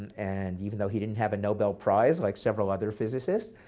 and even though he didn't have a nobel prize like several other physicists,